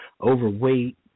overweight